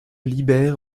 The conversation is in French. libère